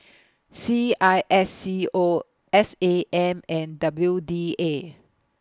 C I S C O S A M and W D A